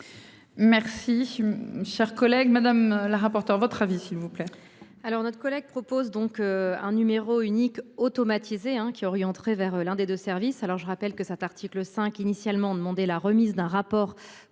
Merci. Cher collègue, Madame la rapporteure votre avis s'il vous plaît. Alors notre collègue propose donc un numéro unique. Hein qui orienterait vers l'un des deux services. Alors je rappelle que ça t'article 5 initialement demandé la remise d'un rapport